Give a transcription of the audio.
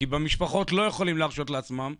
כי במשפחות לא יכולים להרשות לעצמם,